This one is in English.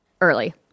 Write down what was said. early